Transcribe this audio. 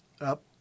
up